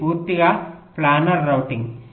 ఇది పూర్తిగా planar routing